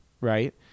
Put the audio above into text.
Right